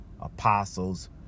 apostles